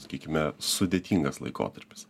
sakykime sudėtingas laikotarpis